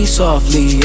softly